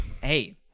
Hey